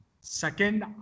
Second